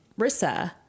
Rissa